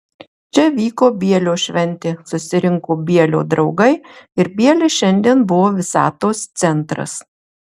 čia vyko bielio šventė susirinko bielio draugai ir bielis šiandien buvo visatos centras